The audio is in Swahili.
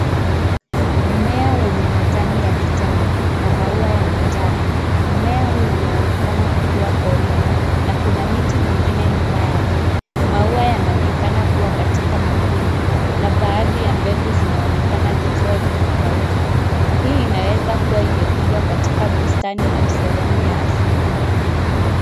Mimea wenye Majani ya kijani na mau ya manjano. Mimea huu unaonekana kukuwa porini na kuna miti mingine nyuma yake, mau yanaonekana kuwa katika makundi na baadhi ya mbegu zinaonekana zikiwa zimekauka. Hii inaweza kuwa imepikwa katika bustani au sehemu ya asili.